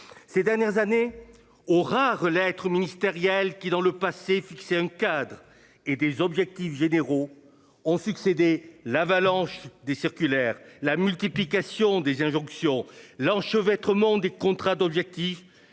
Ces dernières années aux rares. Ministérielle qui dans le passé. Fixer un cadre et des objectifs généraux ont succédé l'avalanche des circulaires. La multiplication des injonctions l'enchevêtre ment des contrats d'objectifs